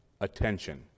attention